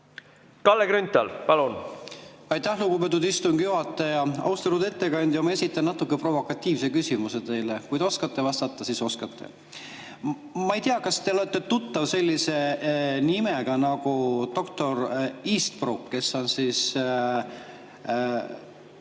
Kalle Grünthal, palun! Aitäh, lugupeetud istungi juhataja! Austatud ettekandja! Ma esitan teile natuke provokatiivse küsimuse. Kui te oskate vastata, siis oskate. Ma ei tea, kas te olete tuttav sellise nimega nagu doktor Easterbrook, kes on